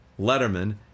Letterman